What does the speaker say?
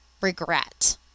regret